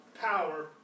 power